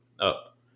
up